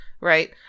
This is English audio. right